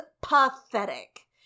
pathetic